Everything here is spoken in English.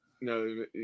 No